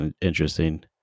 interesting